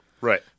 Right